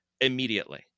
immediately